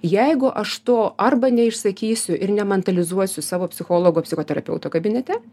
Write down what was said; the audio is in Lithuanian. jeigu aš to arba neišsakysiu ir nemantalizuosiu savo psichologo psichoterapeuto kabinete